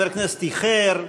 ואם חבר כנסת איחר,